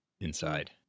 inside